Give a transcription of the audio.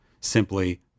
simply